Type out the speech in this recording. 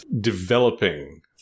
developing